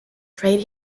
trade